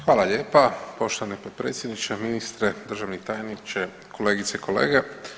Hvala lijepa poštovani potpredsjedniče, ministre, državni tajniče, kolegice i kolege.